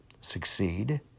succeed